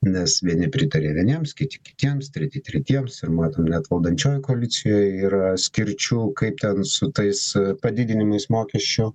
nes vieni pritarė vieniems kiti kitiems treti tretiems ir matom net valdančiojoj koalicijoj yra skirčių kaip ten su tais padidinimais mokesčių